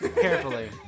carefully